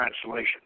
translation